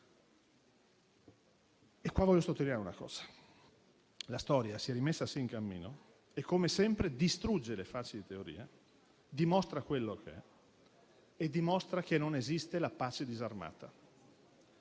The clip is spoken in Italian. storia. Voglio sottolineare un dato: la storia si è rimessa in cammino e, come sempre, distrugge le facili teorie, dimostra quello che è e dimostra che non esiste la pace disarmata.